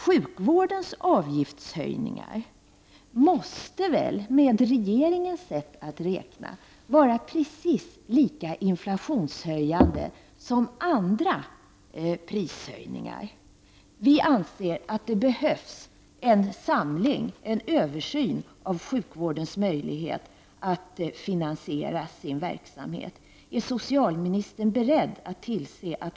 Sjukvårdens avgiftshöjningar måste väl med regeringens sätt att räkna vara precis lika inflationshöjande som andra prishöjningar. Vi anser att det behövs en samlad översyn av sjukvårdens möjligheter att finansiera sin verksamhet.